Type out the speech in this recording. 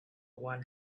one